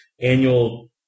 annual